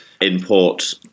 import